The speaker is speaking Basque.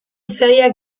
zailak